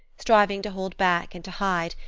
striving to hold back and to hide,